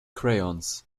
crayons